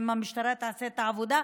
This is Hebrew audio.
אם המשטרה תעשה את העבודה,